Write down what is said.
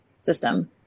system